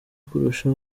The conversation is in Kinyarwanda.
kurusha